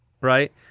right